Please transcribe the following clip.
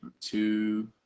two